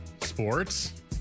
Sports